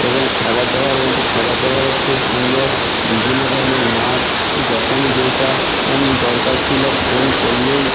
এবং খাবার দাবার বলতে খাবার দাবারও খুব সুন্দর বিভিন্ন ধরনের মাছ যখনই যেইটা দরকার ছিলো ফোন করলেই